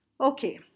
Okay